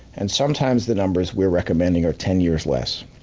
and sometimes the numbers we're recommending are ten years less.